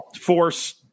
force